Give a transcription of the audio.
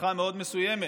משפחה מאד מסוימת.